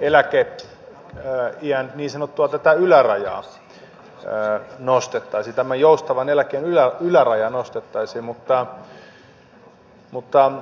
eläkettä tai jää niin sanottu että tätä niin sanottua joustavan eläkeiän ylärajaa nostettaisiin mutta